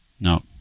No